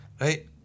Right